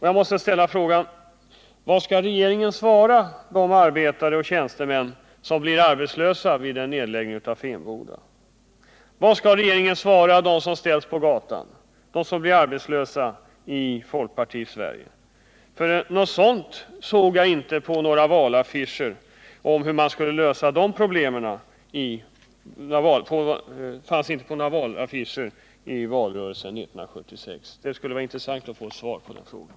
Jag måste fråga: Vad skall regeringen svara de arbetare och tjänstemän som blir arbetslösa vid en nedläggning av Finnboda? Vad kan regeringen svara dem som ställs på gatan, dem som blir arbetslösa i folkpartiets Sverige? Någonting om hur man skulle lösa de problemen fanns inte på valaffischerna i valrörelsen 1976. Det skulle vara intressant att få svar på den frågan.